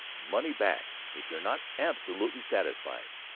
money back if you are not absolutely satisfied.